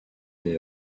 mais